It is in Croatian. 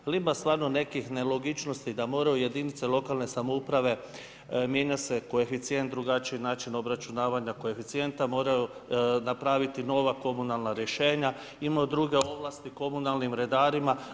Jer ima stvarno nekih nelogičnosti, da moraju jedinice lokalne samouprave, mijenja se koeficijent, drugačiji je način obračunavanja koeficijenta, moraju napraviti nova komunalna rješenja, imaju druge ovlasti komunalnim vladarima.